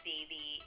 baby